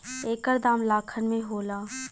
एकर दाम लाखन में होला